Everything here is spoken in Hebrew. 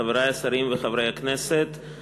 חברי השרים וחברי הכנסת,